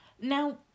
Now